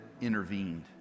intervened